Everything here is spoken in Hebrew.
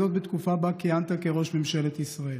וזאת בתקופה בה כיהנת כראש ממשלת ישראל,